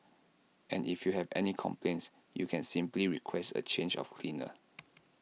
and if you have any complaints you can simply request A change of cleaner